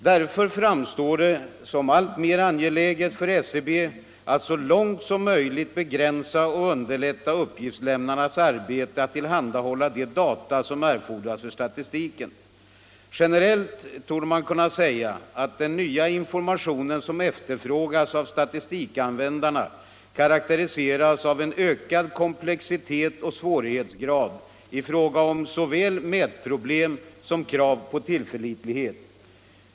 Därför framstår det som alltmer angeläget för SCB att så långt möjligt begränsa och underlätta uppgiftslämnarnas arbete att tillhandahålla de data som erfordras för statistiken. Generellt torde man kunna säga att den nya information som efterfrågas av statistikanvändarna karakteriseras av en ökad komplexitet och svårighetsgrad i fråga om såväl mätproblem som krav på tillförlitlighet.